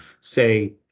say